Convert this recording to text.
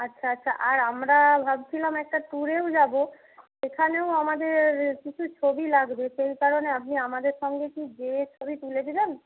আচ্ছা আচ্ছা আর আমরা ভাবছিলাম একটা ট্যুরেও যাব সেখানেও আমাদের কিছু ছবি লাগবে সেই কারণে আপনি আমাদের সঙ্গে কি গিয়ে ছবি তুলে দেবেন